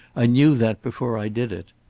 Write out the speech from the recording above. i knew that before i did it.